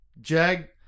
Jag